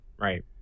Right